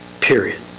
Period